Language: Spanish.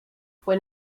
fue